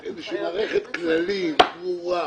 בשביל זה צריך מערכת כללים ברורה,